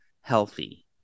healthy